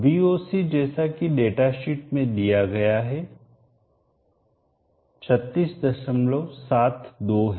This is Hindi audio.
Voc जैसा कि डेटाशीट्स में दिया गया है 3672 है